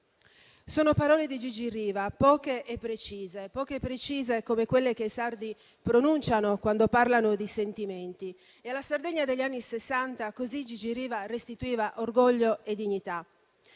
Sono parole di Gigi Riva, poche e precise; poche e precise, come quelle che i sardi pronunciano quando parlano di sentimenti. Alla Sardegna degli anni Sessanta così Gigi Riva restituiva orgoglio e dignità.